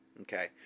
Okay